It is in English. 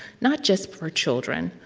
not just for children,